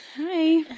Hi